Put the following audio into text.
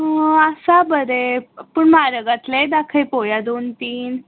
आसा बरें पूण म्हारगातले दाखय पोवया दोन तीन